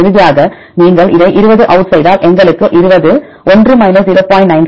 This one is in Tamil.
இறுதியாக நீங்கள் இதை 20 அவுட் செய்தால் எங்களுக்கு 20 1 0